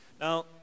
Now